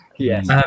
Yes